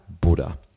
buddha